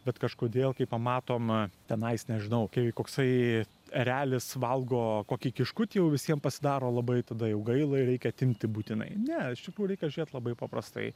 bet kažkodėl kai pamatom tenais nežinau kai koksai erelis valgo kokį kiškutį jau visiem pasidaro labai tada jau gaila ir reikia atimti būtinai ne iš tikrųjų reikia žiūrėt labai paprastai